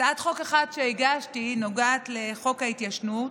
הצעת חוק אחת שהגשתי נוגעת לחוק ההתיישנות,